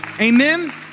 Amen